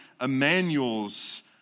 Emmanuel's